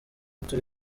turi